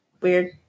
weird